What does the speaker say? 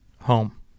home